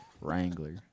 Wrangler